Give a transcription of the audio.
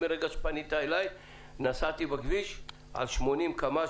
מרגע שפנית אלי נסעתי בכביש על 80 קמ"ש,